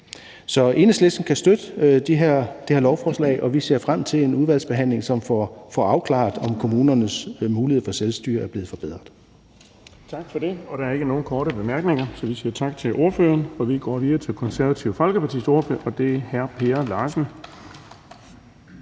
Så Enhedslisten kan støtte det her beslutningsforslag, og vi ser frem til en udvalgsbehandling, som får afklaret, om kommunernes mulighed for selvstyre er blevet forbedret. Kl. 17:14 Den fg. formand (Erling Bonnesen): Tak for det. Der er ikke nogen korte bemærkninger, så vi siger tak til ordføreren. Vi går videre til Det Konservative Folkepartis ordfører, og det er hr. Per Larsen.